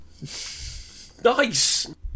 Nice